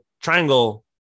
triangle